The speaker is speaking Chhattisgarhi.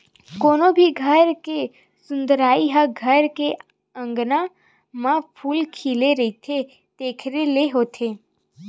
कोनो भी घर के सुंदरई ह घर के अँगना म फूल खिले रहिथे तेखरे ले होथे